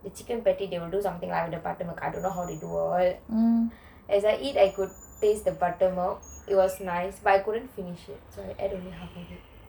the chicken patty they will do something with the buttermilk I don't know how they do as I eat I could taste the buttermilk it was nice but I couldn't finish it so I end anyhow